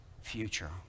future